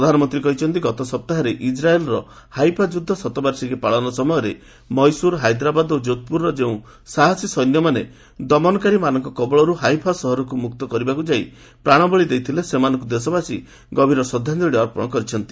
ପ୍ରଧାନମନ୍ତ୍ରୀ କହିଛନ୍ତି ଗତ ସପ୍ତାହରେ ଇଜ୍ରାଏଲ୍ର ହାଇଫା ଯୁଦ୍ଧ ଶତବାର୍ଷିକୀ ପାଳନ ସମୟରେ ମହୀଶ୍ଚର ହାଇଦ୍ରାବାଦ ଓ ଯୋଧପୁରର ଯେଉଁ ସାହସୀ ସୈନ୍ୟମାନେ ଦମନକାରୀମାନଙ୍କ କବଳରୁ ହାଇଫା ସହରକୁ ମୁକ୍ତ କରିବାକୁ ଯାଇ ପ୍ରାଣବଳୀ ଦେଇଥିଲେ ସେମାନଙ୍କୁ ଦେଶବାସୀ ଗଭୀର ଶ୍ରଦ୍ଧାଞ୍ଚଳି ଅର୍ପଣ କରିଛନ୍ତି